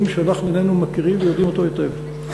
הכנה של המכרז בתחום שאנחנו איננו מכירים ויודעים אותו היטב,